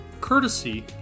courtesy